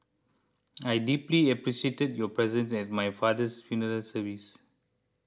I deeply appreciated your presence at my father's funeral service